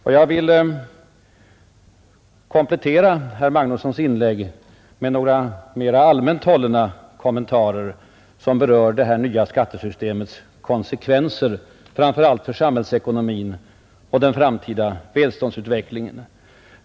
Jag har begärt ordet för att komplettera herr Magnussons i Borås inlägg med några mer allmänt hållna synpunkter som berör det nya skattesystemets konsekvenser, framför allt för samhällsekonomin och den framtida välståndsutvecklingen.